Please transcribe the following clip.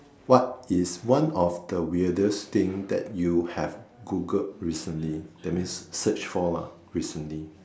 what is one of the weirdest thing that you have Googled recently that means search for lah recently